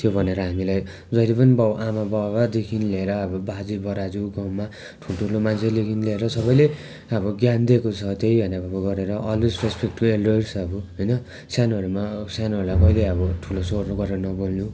त्यो भनेर हामीलाई जहिल्यै पनि बाउ आमा बाबादेखि लिएर अब बाजे बराजू गाउँमा ठुलठुलो मान्छेदेखि लिएर सबैले अब ज्ञान दिएको छ त्यही गरेर अलवेस रेसपेक्ट टु एल्डर्स अब होइन सानोहरूमा सानोहरूलाई कहिल्यै अब ठुलो स्वर गरेर नबोल्नु